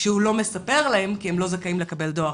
כשהוא לא מספר להם, כי הם לא זכאים לקבל דואר.